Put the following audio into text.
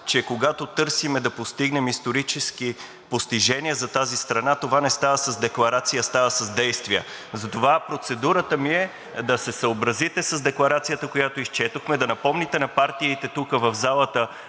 че когато търсим да постигнем исторически постижения за тази страна, това не става с декларации, а става с действия. Затова процедурата ми е да се съобразите с декларацията, която изчетохме, да напомните на партиите тук, в залата,